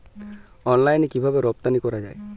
অনলাইনে কিভাবে রপ্তানি করা যায়?